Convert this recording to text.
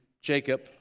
Jacob